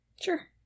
Sure